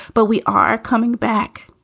but we are coming back.